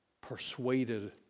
persuaded